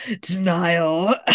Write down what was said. denial